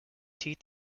teeth